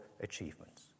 achievements